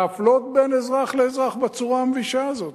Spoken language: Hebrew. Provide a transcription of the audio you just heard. להפלות בין אזרח לאזרח בצורה המבישה הזאת,